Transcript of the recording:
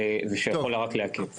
ושיכול רק לעכב.